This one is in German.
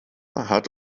hat